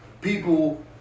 people